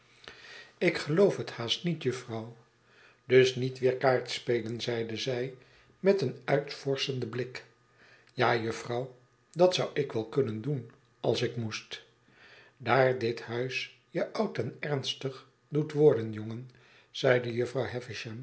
ik geloof het haast niet jufvrouw dus niet weer kaartspelen zeide zij met een uitvorschenden blik ja jufvrouw dat zou ik wel kunnen doen als ik moest daar dit huis je oud en ernstig doet worden jongen zeide iufvrouw